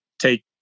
take